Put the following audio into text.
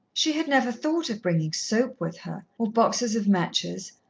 she had never thought of bringing soap with her, or boxes of matches,